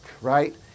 right